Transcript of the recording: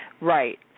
Right